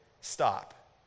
stop